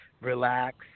relax